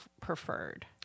preferred